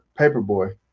Paperboy